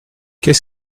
qu’est